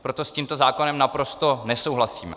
Proto s tímto zákonem naprosto nesouhlasíme.